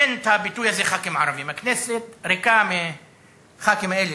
אין ביטוי כזה "ח"כים ערבים" הכנסת ריקה מח"כים אלה